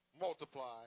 multiply